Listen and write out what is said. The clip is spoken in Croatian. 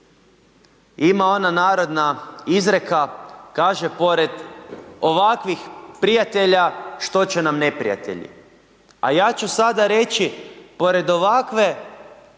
Ima ona narodna izreka, kaže, pored ovakvih prijatelja, što će nam neprijatelji. A ja ću sada reći, pored ovakve